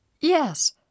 Yes